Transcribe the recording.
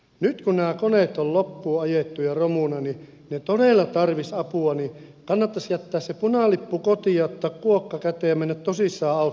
nyt kun nämä koneet ovat loppuun ajettuja ja romuna ja he todella tarvitsisivat apua niin kannattaisi jättää se punalippu kotiin ja ottaa kuokka käteen ja mennä tosissaan auttamaan